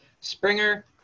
Springer